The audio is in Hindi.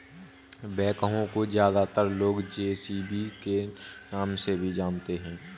बैकहो को ज्यादातर लोग जे.सी.बी के नाम से भी जानते हैं